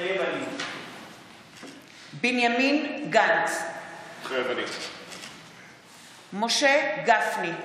מתחייב אני בנימין גנץ, מתחייב אני משה גפני,